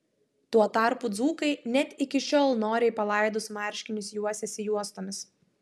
tuo tarpu dzūkai net iki šiol noriai palaidus marškinius juosiasi juostomis